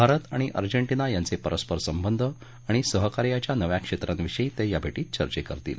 भारत आणि अर्जेटिंना यांचे परस्पर संबंध आणि सहकार्याच्या नव्या क्षेत्रांविषयी ते या भेटीत चर्चा करतील